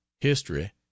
history